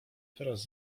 teraz